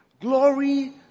glory